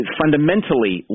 fundamentally